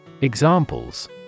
Examples